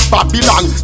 Babylon